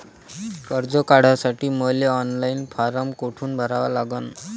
कर्ज काढासाठी मले ऑनलाईन फारम कोठून भरावा लागन?